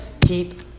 keep